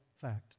fact